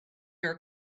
your